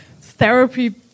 therapy